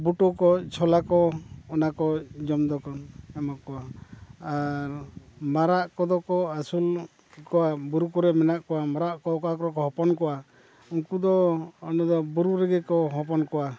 ᱵᱩᱴᱩ ᱠᱚ ᱪᱷᱚᱞᱟ ᱠᱚ ᱚᱱᱟ ᱠᱚ ᱡᱚᱢ ᱫᱚᱠᱚ ᱮᱢᱟ ᱠᱚᱣᱟ ᱟᱨ ᱢᱟᱨᱟᱜ ᱠᱚᱫᱚ ᱠᱚ ᱟᱹᱥᱩᱞ ᱠᱚᱣᱟ ᱵᱩᱨᱩ ᱠᱚᱨᱮ ᱢᱮᱱᱟᱜ ᱠᱚᱣᱟ ᱢᱟᱨᱟᱜ ᱠᱚ ᱚᱠᱟ ᱠᱚᱨᱮ ᱠᱚ ᱦᱚᱯᱚᱱ ᱠᱚᱣᱟ ᱩᱱᱠᱩ ᱫᱚ ᱚᱸᱰᱮ ᱫᱚ ᱵᱩᱨᱩ ᱨᱮᱜᱮ ᱠᱚ ᱦᱚᱯᱚᱱ ᱠᱚᱣᱟ